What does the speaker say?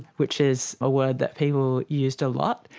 which is a word that people used a lot,